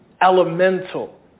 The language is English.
elemental